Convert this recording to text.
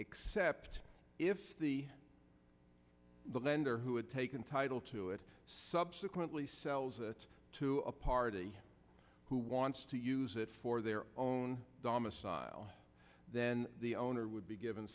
except if the lender who had taken title to it subsequently sells it to a party who wants to use it for their own dhamma cyle then the owner would be given